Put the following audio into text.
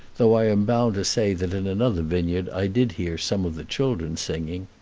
though i am bound to say that in another vineyard i did hear some of the children singing.